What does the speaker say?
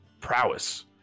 prowess